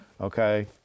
okay